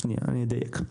אני אדייק: